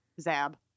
Zab